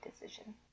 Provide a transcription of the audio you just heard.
decision